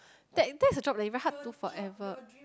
that that's a job that very hard to do forever